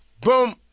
Boom